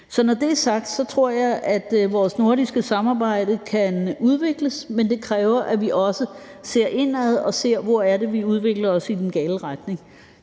Så når det er sagt, tror jeg, at vores nordiske samarbejde kan udvikles, men det kræver, at vi også ser indad og ser, hvor det er vi udvikler os i den gale retning.